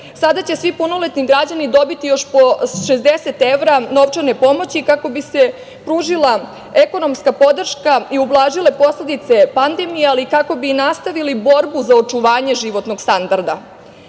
sada će svi punoletni građani dobiti još po 60 evra novčane pomoći, kako bi se pružila ekonomska podrška i ublažile posledice pandemije, ali i kako bi nastavili borbu za očuvanje životnog standarda.